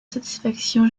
satisfaction